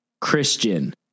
Christian